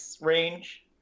range